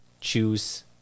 choose